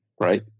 right